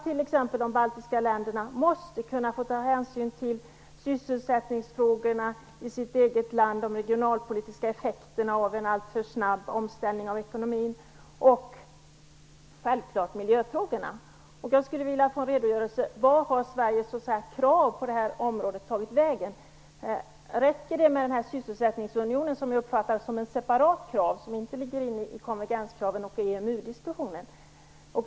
T.ex. måste de baltiska länderna kunna ta hänsyn till sysselsättningsfrågorna i sina egna länder och de regionalpolitiska effekterna av en alltför snabb omställning av ekonomin samt självfallet miljöfrågorna. Jag skulle vilja få en redogörelse för var Sveriges krav på detta område har tagit vägen. Räcker det med kravet på sysselsättningsunionen, vilket jag uppfattar som ett separat krav som inte ingår i konvergenskraven och i EMU-diskussionen?